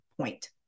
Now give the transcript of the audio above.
point